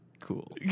cool